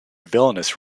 villainous